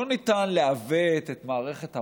לא ניתן לעוות את מערכת המס,